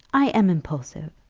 i am impulsive.